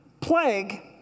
plague